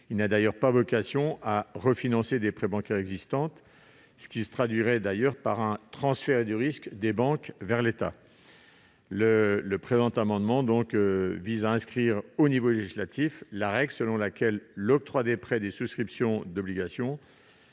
cet article n'a pas vocation à refinancer des prêts bancaires existants, sinon cela se traduirait par un transfert du risque des banques vers l'État. Cet amendement vise à inscrire au niveau législatif la règle selon laquelle l'octroi des prêts et la souscription d'obligations